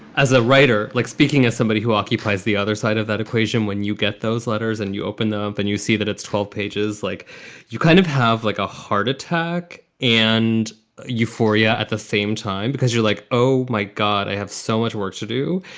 as a writer, like speaking as somebody who occupies the other side of that equation, when you get those letters and you open them up and you see that it's twelve pages, like you kind of have like a heart attack and euphoria at the same time because you're like, oh, my god, i have so much work to do.